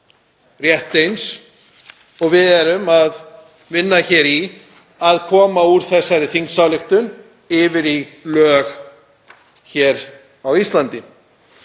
rétt eins og við erum að vinna í að koma úr þessari þingsályktunartillögu yfir í lög hér á Íslandi.